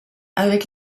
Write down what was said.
avec